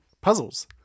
puzzles